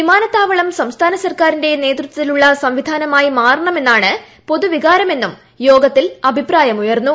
വിമാനത്താ വളം സംസ്ഥാന സർക്കാരിന്റെ നേതൃത്വത്തിലുള്ള സംവിധാനമായി മാറ ണമെന്നാണ് പൊതുവികാരമെന്നും യോഗത്തിൽ അഭിപ്രായം ഉയർന്നു